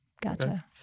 Gotcha